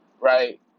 right